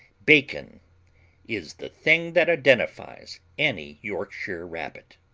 bacon is the thing that identifies any yorkshire rabbit.